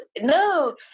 No